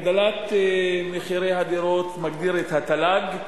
הגדלת מחירי הדירות מגדילה את התל"ג,